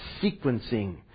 sequencing